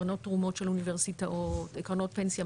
קרנות תרומות של אוניברסיטאות קרנות פנסיה,